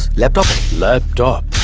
laptop. laptop?